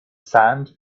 sand